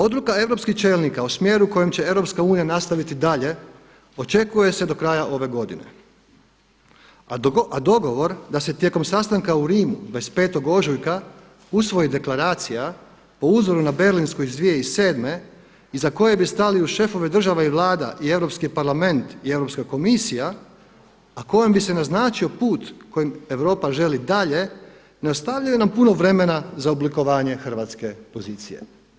Odluka europskih čelnika o smjeru u kojem će EU nastaviti dalje očekuje se do kraja ove godine, a dogovor da se tijekom sastanka u Rimu 25. ožujka usvoji deklaracija po uzoru na berlinsku iz 2007. iza koje bi stali uz šefove država i vlada i Europski parlament i Europska komisija, a kojom bi se naznačio put kojim Europa želi dalje, ne ostavljaju nam puno vremena za oblikovanje hrvatske pozicije.